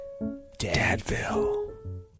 Dadville